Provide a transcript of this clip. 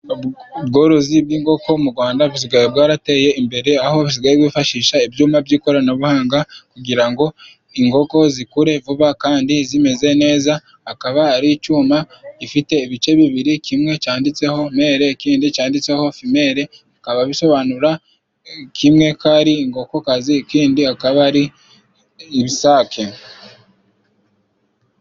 Ubworozi bw'inkoko mu Gwanda busigaye bwarateye imbere, aho basigaye bifashisha ibyuma by'ikoranabuhanga kugira ngo inkoko zikure vuba kandi zimeze neza. Akaba ari icyuma gifite ibice bibiri, kimwe cyanditseho mele, ikindi cyanditseho femele, bikaba bisobanura kimwe ko ari inkokokazi, ikindi akaba ari ibisake.